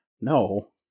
no